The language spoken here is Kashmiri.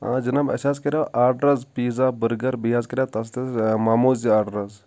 آ جناب اَسِہ حظ کریٚو آرڈر حظ پیزا بٔرگَر بیٛیہ حظ کریٚو تژٕ تژٕ ماموز زٕ آرڈر حظ